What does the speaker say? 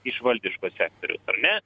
iš valdiško sektoriaus ar ne